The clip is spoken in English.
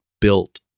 built